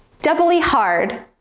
doubly hard,